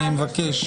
אני מבקש.